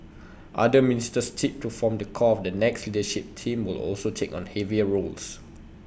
other ministers tipped to form the core of the next leadership team will also take on heavier roles